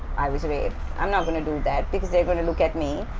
i was raped i'm not going to do that because they're going to look at me,